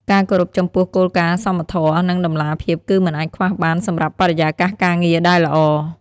ការគោរពចំពោះគោលការណ៍សមធម៌ និងតម្លាភាពគឺមិនអាចខ្វះបានសម្រាប់បរិយាកាសការងារដែលល្អ។